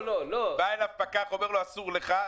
בא אליו פקח ואומר לו: אסור לך.